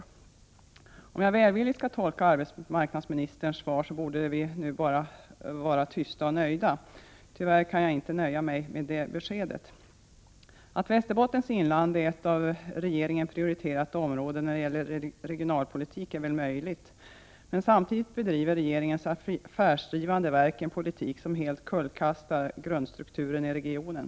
Om jag skall tolka arbetsmarknadsministerns svar välvilligt, så borde vi nu bara vara tysta och nöjda. Tyvärr kan jag inte nöja mig med det beskedet. Att Västerbottens inland är ett av regeringen prioriterat område när det gäller regionalpolitik är väl möjligt. Men samtidigt bedriver regeringens affärsdri Prot. 1988/89:84 vande verk en politik som helt kullkastar grundstrukturen i regionen.